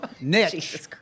niche